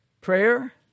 Prayer